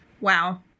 Wow